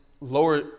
lower